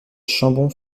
chambon